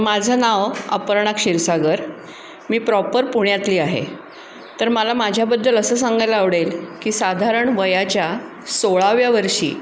माझं नाव अपर्णा क्षीरसागर मी प्रॉपर पुण्यातली आहे तर मला माझ्याबद्दल असं सांगायला आवडेल की साधारण वयाच्या सोळाव्या वर्षी